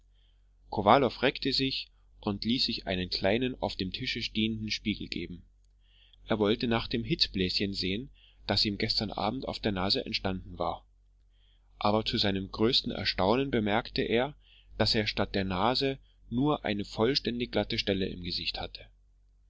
kowalow reckte sich und ließ sich einen kleinen auf dem tische stehenden spiegel geben er wollte nach dem hitzbläschen sehen das ihm gestern abend auf der nase entstanden war aber zu seinem größten erstaunen bemerkte er daß er statt der nase nur eine vollständig glatte stelle im gesicht hatte